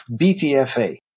BTFA